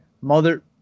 mother –